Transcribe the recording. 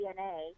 DNA